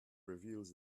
reveals